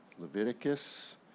Leviticus